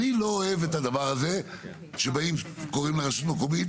אני לא אוהב את הדבר הזה שבאים וקוראים לרשות מקומית,